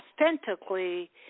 authentically